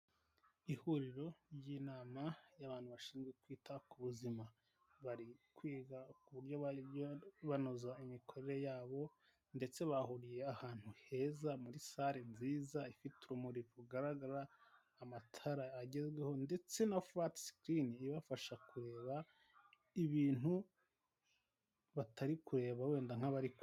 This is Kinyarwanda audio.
Ihuriro ry'inama y'abantu bashinzwe kwita ku buzima, bari kwiga ku buryo bajya banoza imikorere yabo ndetse bahuriye ahantu heza, muri sale nziza, ifite urumuri rugaragara, amatara agezweho ndetse na furati sikirini ibafasha kureba ibintu batari kureba wenda nk'ababikora.